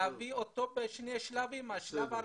צריך להביא אותם בשני שלבים: בשלב הראשון,